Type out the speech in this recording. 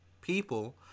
people